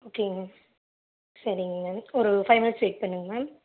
ஓகேங்க சரிங்க மேம் ஒரு ஃபை மினிட்ஸ் வெயிட் பண்ணுங்க மேம்